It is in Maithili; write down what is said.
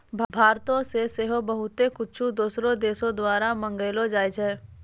भारतो से सेहो बहुते कुछु दोसरो देशो द्वारा मंगैलो जाय छै